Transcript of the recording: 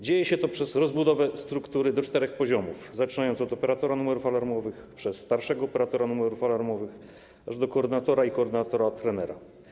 Dzieje się to w wyniku rozbudowy struktury do czterech poziomów, poczynając od operatora numerów alarmowych, przez starszego operatora numerów alarmowych, aż do koordynatora i koordynatora - trenera.